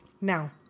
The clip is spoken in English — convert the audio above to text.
Now